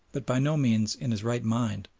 but by no means in his right mind,